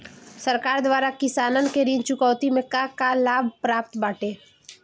सरकार द्वारा किसानन के ऋण चुकौती में का का लाभ प्राप्त बाटे?